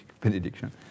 benediction